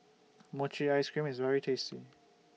Mochi Ice Cream IS very tasty